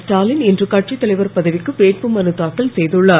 ஸ்டாலின் இன்று கட்சித் தலைவர் பதவிக்கு வேட்புமனுத் தாக்கல் செய்துள்ளார்